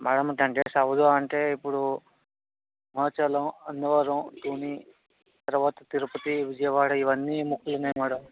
madam ten days అవ్వదు అంటే ఇప్పుడు సింహాచలం అన్నవరం తుని తర్వాత తిరుపతి విజయవాడ ఇవన్నీ మొక్కులు ఉన్నాయి మ్యాడం